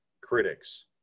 Critics